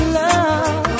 love